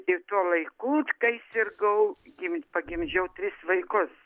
ir tuo laiku kai sirgau pagimdžiau tris vaikus